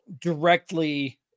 directly